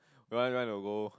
you want you want to go